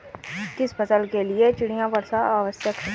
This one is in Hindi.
किस फसल के लिए चिड़िया वर्षा आवश्यक है?